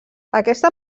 aquesta